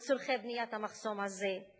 לצורכי בניית המחסום הזה.